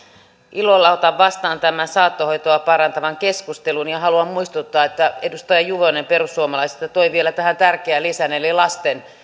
ilolla otan vastaan tämän saattohoitoa parantavan keskustelun ja haluan muistuttaa että edustaja juvonen perussuomalaisista toi vielä tähän tärkeän lisän eli lasten